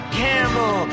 camel